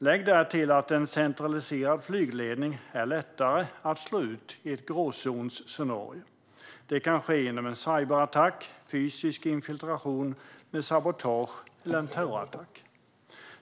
Lägg därtill att en centraliserad flygledning är lättare att slå ut i ett gråzonsscenario. Det kan ske genom en cyberattack, fysisk infiltration med sabotage eller en terrorattack.